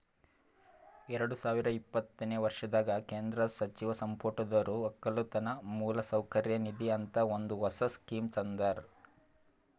ಎರಡು ಸಾವಿರ ಇಪ್ಪತ್ತನೆ ವರ್ಷದಾಗ್ ಕೇಂದ್ರ ಸಚಿವ ಸಂಪುಟದೊರು ಒಕ್ಕಲತನ ಮೌಲಸೌಕರ್ಯ ನಿಧಿ ಅಂತ ಒಂದ್ ಹೊಸ ಸ್ಕೀಮ್ ತಂದಾರ್